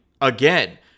again